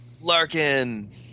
Larkin